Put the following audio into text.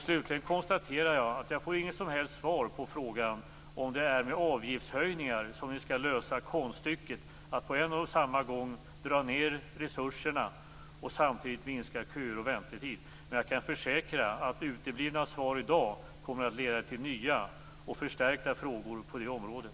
Slutligen konstaterar jag att jag får inget som helst svar på frågan om det är med avgiftshöjningar som ni skall lösa konststycket att på en och samma gång dra ned resurserna och minska köer och väntetid. Men jag kan försäkra att uteblivna svar i dag kommer att leda till nya och förstärkta frågor på det området.